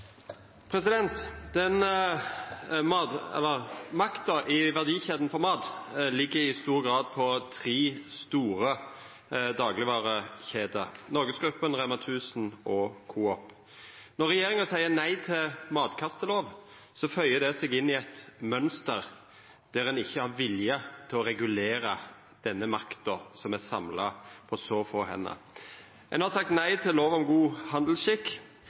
Makta i matverdikjeda ligg i stor grad hos tre store daglegvarekjeder – Norgesgruppen, REMA 1000 og Coop. Når regjeringa seier nei til matkastelov, føyer det seg inn i eit mønster der ein ikkje har vilje til å regulera denne makta, som er samla på så få hender. Ein har sagt nei til lov om god handelsskikk.